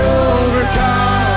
overcome